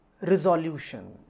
Resolution